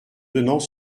donnant